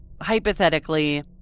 hypothetically